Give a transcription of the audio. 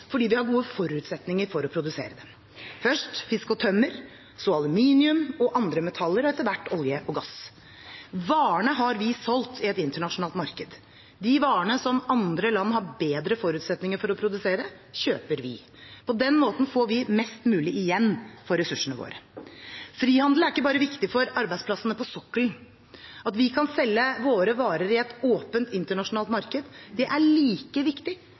fordi vi har gode forutsetninger for å produsere dem – først fisk og tømmer, så aluminium og andre metaller og etter hvert olje og gass. Varene har vi solgt i et internasjonalt marked. De varene som andre land har bedre forutsetninger for å produsere, kjøper vi. På den måten får vi mest mulig igjen for ressursene våre. Frihandel er ikke bare viktig for arbeidsplassene på sokkelen. At vi kan selge våre varer i et åpent, internasjonalt marked, er like viktig